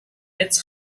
it’s